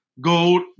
gold